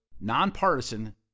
nonpartisan